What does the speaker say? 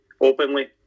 openly